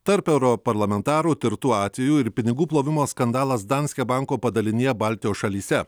tarp europarlamentarų tirtų atvejų ir pinigų plovimo skandalas danske banko padalinyje baltijos šalyse